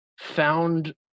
found